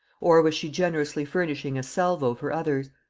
or was she generously furnishing a salvo for others?